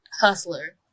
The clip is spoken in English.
hustler